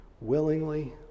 willingly